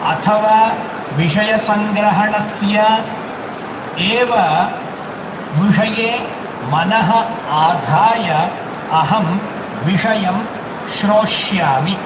अथवा विषयसङ्ग्रहणस्य एव विषये मनः आधाय अहं विषयं श्रोष्यामि